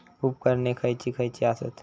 उपकरणे खैयची खैयची आसत?